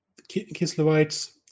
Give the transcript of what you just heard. Kislevites